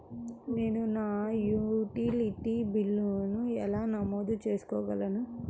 నేను నా యుటిలిటీ బిల్లులను ఎలా నమోదు చేసుకోగలను?